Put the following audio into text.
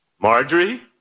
Marjorie